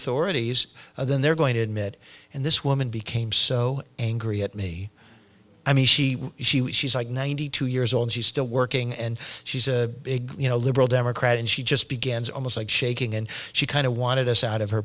authorities then they're going to admit and this woman became so angry at me i mean she's like ninety two years old she's still working and she's you know a liberal democrat and she just begins almost like shaking and she kind of wanted us out of her